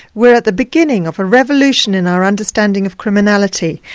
we are at the beginning of a revolution in our understanding of criminality.